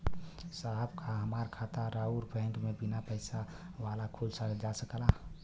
साहब का हमार खाता राऊर बैंक में बीना पैसा वाला खुल जा सकेला?